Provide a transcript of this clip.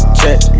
check